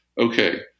okay